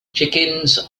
chickens